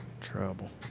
Trouble